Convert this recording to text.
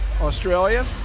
Australia